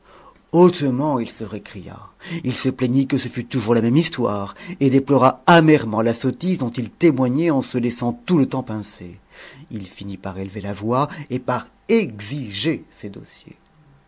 hautement il se récria il se plaignit que ce fût toujours la même histoire et déplora amèrement la sottise dont il témoignait en se laissant tout le temps pincer il finit par élever la voix et par exiger ses dossiers